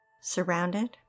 surrounded